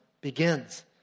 begins